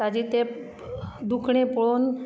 ताजे तें दुखणें पळोवन